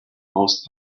most